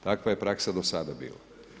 Takva je praksa do sada bila.